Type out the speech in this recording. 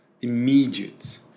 immediate